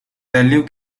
value